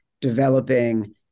developing